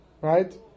Right